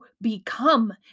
become